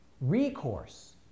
Recourse